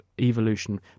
evolution